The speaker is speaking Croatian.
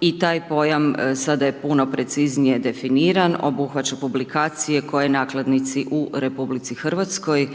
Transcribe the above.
i taj pojam sada je puno preciznije definiran, obuhvaća publikacije koje nakladnici u RH, a